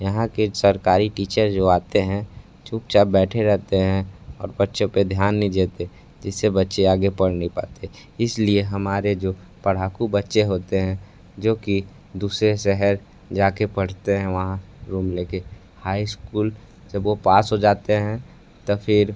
यहाँ के सरकारी टीचर जो आते हैं चुपचाप बैठे रहते हैं और बच्चों पे ध्यान नहीं देते जिससे बच्चे आगे पढ़ नहीं पाते इसलिए हमारे जो पढ़ाकू बच्चे होते हैं जो कि दूसरे शहर जाके पढ़ते हैं वहाँ रूम लेके हाई स्कूल जब वो पास हो जाते हैं तो फिर